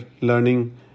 learning